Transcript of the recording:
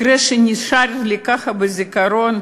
מקרה שנשאר לי בזיכרון.